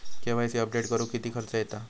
KYC update करुक किती खर्च येता?